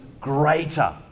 greater